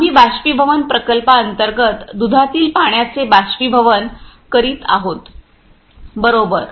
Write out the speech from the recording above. आम्ही बाष्पीभवन प्रकल्पांतर्गत दुधातील पाण्याचे बाष्पीभवन करीत आहोत बरोबर